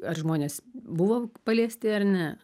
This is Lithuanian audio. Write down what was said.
ar žmonės buvo paliesti ar ne